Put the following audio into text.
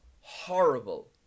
horrible